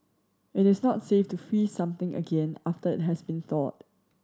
it is not safe to freeze something again after it has been thawed